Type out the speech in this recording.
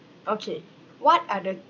okay what are the